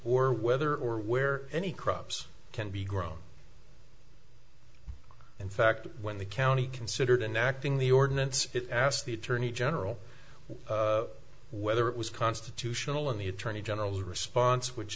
or whether or where any crops can be grown in fact when the county considered an acting the ordinance asked the attorney general whether it was constitutional and the attorney general response which